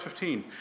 15